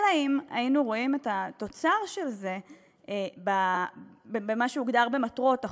אלא אם כן היינו רואים את התוצר של זה במה שהוגדר כמטרות החוק.